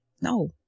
no